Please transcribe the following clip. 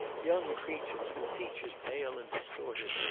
young creatures, with features pale and distorted,